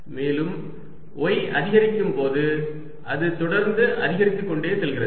மேலும் y அதிகரிக்கும் போது அது தொடர்ந்து அதிகரித்துக் கொண்டே செல்கிறது